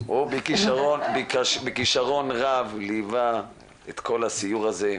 הוא בכישרון רב ליווה את כל הסיור הזה,